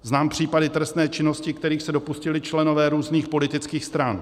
Znám případy trestné činnosti, kterých se dopustili členové různých politických stran.